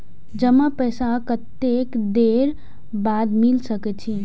जमा पैसा कतेक देर बाद ला सके छी?